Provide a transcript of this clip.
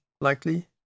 likely